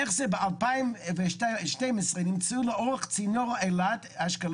איך זה שב-2012 נמצאו לאורך צינור אילת-אשקלון,